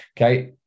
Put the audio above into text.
okay